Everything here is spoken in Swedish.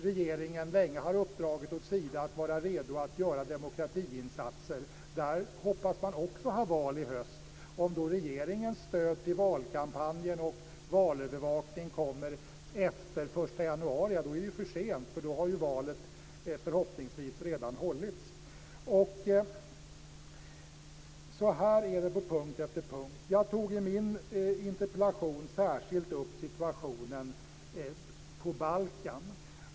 Regeringen har länge uppdragit åt Sida att vara redo för demokratiinsatser i landet. Där hoppas man också hålla val i höst. Om då regeringens stöd till valkampanj och valövervakning kommer efter den 1 januari är det för sent. Då har valet förhoppningsvis redan hållits. Så är det på punkt efter punkt. Jag tog i min interpellation särskilt upp situationen på Balkan.